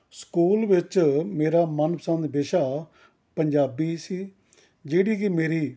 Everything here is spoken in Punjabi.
ਸਕੂਲ ਵਿੱਚ ਮੇਰਾ ਮਨਪਸੰਦ ਵਿਸ਼ਾ ਪੰਜਾਬੀ ਸੀ ਜਿਹੜੀ ਕਿ ਮੇਰੀ